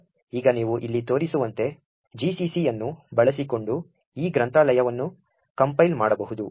ಆದ್ದರಿಂದ ಈಗ ನೀವು ಇಲ್ಲಿ ತೋರಿಸಿರುವಂತೆ GCC ಅನ್ನು ಬಳಸಿಕೊಂಡು ಈ ಗ್ರಂಥಾಲಯವನ್ನು ಕಂಪೈಲ್ ಮಾಡಬಹುದು